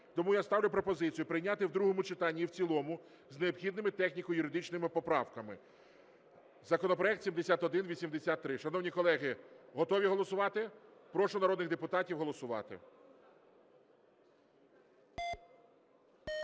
Тому я ставлю пропозицію прийняти в другому читанні і в цілому з необхідними техніко-юридичними поправками. Законопроект 7183. Шановні колеги, готові голосувати? Прошу народних депутатів голосувати.